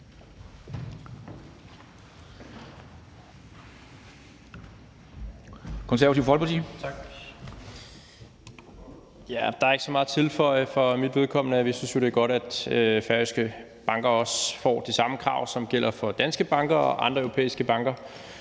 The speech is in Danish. Der er ikke så meget at tilføje for mit vedkommende. Vi synes jo, det er godt, at færøske banker også får de samme krav, som gælder for danske banker og andre europæiske banker,